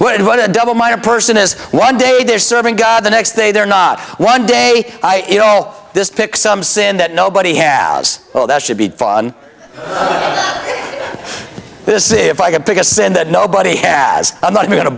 but what a double minded person is one day they're serving god the next day they're not one day i you know this pick some sin that nobody has that should be this if i could pick a sin that nobody has i'm not going to